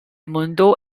mundo